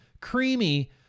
creamy